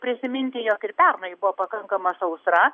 prisiminti jog ir pernai buvo pakankama